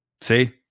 See